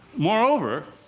moreover,